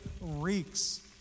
reeks